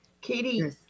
Katie